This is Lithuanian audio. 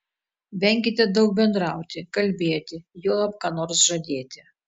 venkite daug bendrauti kalbėti juolab ką nors žadėti